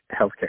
healthcare